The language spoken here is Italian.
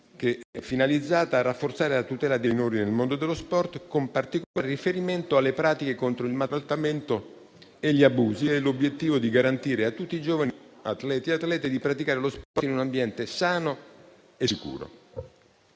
finalizzata a rafforzare la tutela dei minori nel mondo dello sport, con particolare riferimento alle pratiche contro il maltrattamento e gli abusi e l'obiettivo di garantire a tutti i giovani atleti e atlete di praticare lo sport in un ambiente sano e sicuro.